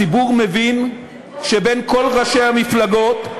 הציבור מבין שבין כל ראשי המפלגות,